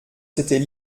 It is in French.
c’était